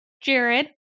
Jared